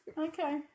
Okay